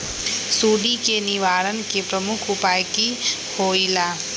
सुडी के निवारण के प्रमुख उपाय कि होइला?